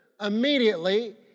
Immediately